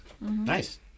Nice